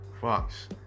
Fox